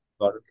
Got